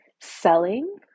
selling